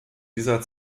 dieser